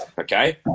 okay